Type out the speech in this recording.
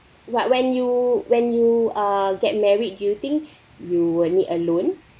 what when you when you uh get married you think you will need a loan